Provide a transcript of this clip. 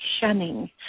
shunning